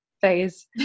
phase